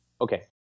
Okay